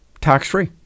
tax-free